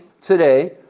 today